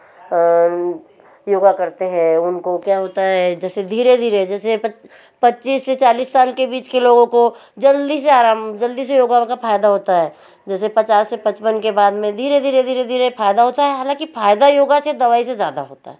योग करते हैं उनको क्या होता है जैसे धीरे धीरे जैसे पच्चीस से चालीस साल के लोगों को जल्दी से आराम जल्दी से योग रो का फ़ायदा होता है जैसे पचास से पचपन के बाद में धीरे धीरे धीरे धीरे फ़ायदा होता है हालाँकि फ़ायदा योगा से दवाई से ज़्यादा होता है